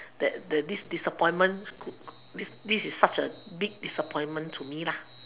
that that this this disappointment could this this a such a big disappointment to me